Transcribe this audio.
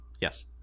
Yes